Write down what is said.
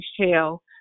Shell